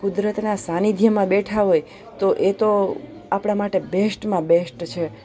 કુદરતના સાનિધ્યમાં બેઠા હોય તો એ તો આપણા માટે બેસ્ટમાં બેસ્ટ છે